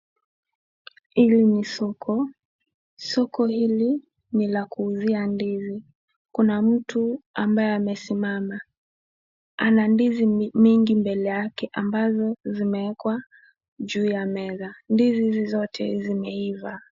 Hili ni soko. Soko hili ni la kuuzia ndizi. Kuna mtu ambaye amesimama ana ndizi mingi mbele yake ambazo zimewekwa juu ya meza. Ndizi hizi zote zimeiva.